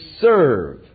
serve